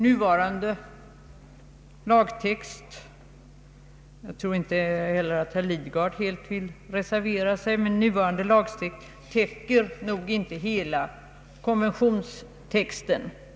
Nuvarande lagtext — jag tror att inte heller herr Lidgard helt vill reservera sig — täcker inte konventionstexten i dess helhet.